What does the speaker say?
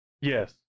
Yes